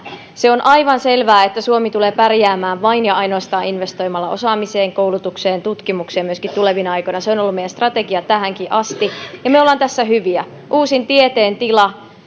se on aivan selvää että suomi tulee pärjäämään vain ja ainoastaan investoimalla osaamiseen koulutukseen tutkimukseen myöskin tulevina aikoina se on ollut meidän strategia tähänkin asti ja me olemme tässä hyviä uusin tieteen tila